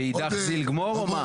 וְאִידָךְ זִיל גְּמֹר או מה?